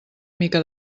mica